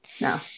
No